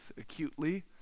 acutely